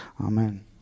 Amen